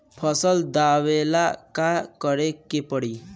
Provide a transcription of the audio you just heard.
फसल दावेला का करे के परी?